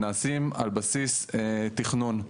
נעשים על בסיס תכנון.